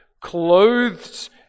clothed